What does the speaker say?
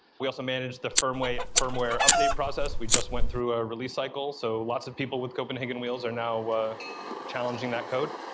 we also manage the firmware firmware update process. we just went through a release cycle. so lots of people with copenhagen wheels are now challenging that code,